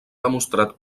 demostrat